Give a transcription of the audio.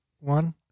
one